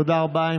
תודה רבה.